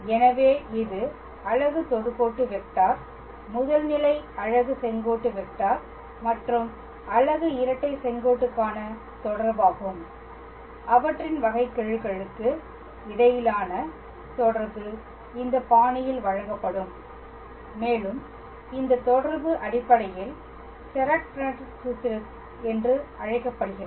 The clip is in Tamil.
எனவே இது அலகு தொடுகோட்டு வெக்டார் முதல் நிலை அலகு செங்கோட்டு வெக்டார் மற்றும் அலகு இரட்டை செங்கோடுக்கான தொடர்பாகும் அவற்றின் வகைக்கெழுகளுக்கு இடையிலான தொடர்பு இந்த பாணியில் வழங்கப்படும் மேலும் இந்த தொடர்பு அடிப்படையில் செரெட் ஃபிரெனெட் சூத்திரம் என அழைக்கப்படுகிறது